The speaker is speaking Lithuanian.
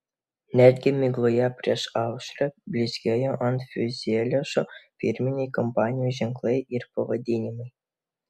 netgi migloje prieš aušrą blizgėjo ant fiuzeliažų firminiai kompanijų ženklai ir pavadinimai